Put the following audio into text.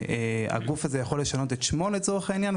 הגוף הזה יכול לשנות את שמו לצורך העניין,